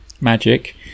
magic